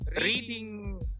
reading